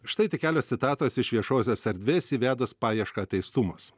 štai tik kelios citatos iš viešosios erdvės įvedus paiešką teistumas